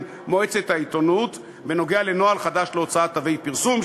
מועצת העיתונות בנוגע לנוהל חדש להוצאת צווי איסור פרסום,